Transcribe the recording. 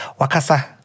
Wakasa